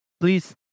please